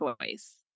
choice